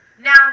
Now